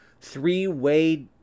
three-way